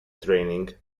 training